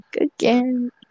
Again